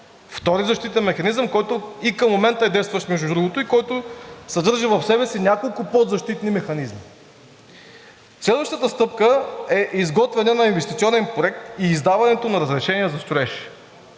Втори защитен механизъм, който и към момента е действащ между другото и който съдържа в себе си няколко подзащитни механизми. Следващата стъпка е изготвяне на инвестиционен проект и издаването на разрешение за строеж.